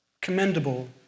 commendable